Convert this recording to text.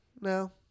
no